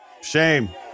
shame